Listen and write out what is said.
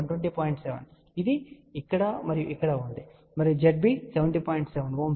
7 ఇది ఇక్కడ మరియు ఇక్కడ ఉంది మరియు Zb 70